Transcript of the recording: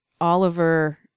Oliver